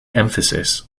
emphasis